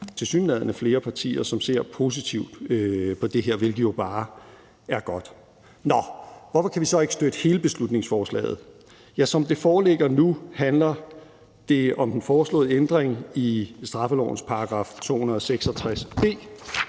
tilsyneladende er flere partier, som ser positivt på det her, hvilket jo bare er godt. Nå – hvorfor kan vi så ikke støtte hele beslutningsforslaget? Ja, som det foreligger nu, handler det om den foreslåede ændring i straffelovens § 266 b.